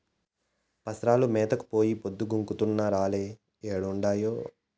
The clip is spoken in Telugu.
పసరాలు మేతకు పోయి పొద్దు గుంకుతున్నా రాలే ఏడుండాయో